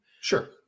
Sure